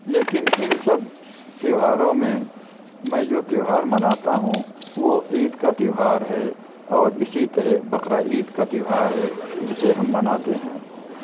لیکن اِن سب تہواروں میں میں جو تہوار مناتا ہوں وہ عید کا تہوار ہے اور اِسی طرح بقرہ عید کا تہوار ہے جسے ہم مناتے ہیں